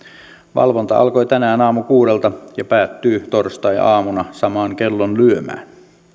valvonta alkoi tänään aamukuudelta ja päättyy torstaiaamuna samaan kellonlyömään